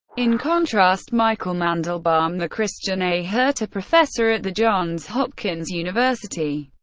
in contrast, michael mandelbaum, the christian a. herter professor at the johns hopkins university,